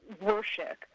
worship